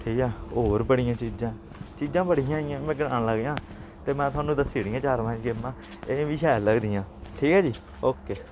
ठीक ऐ होर बड़ियां चीजां चीजां बड़ियां हियां में गनान लगेआं ते में थुहानूं दस्सी ओड़ियां चार पंज गेमां एह् मी शैल लगदियां ठीक ऐ जी ओ के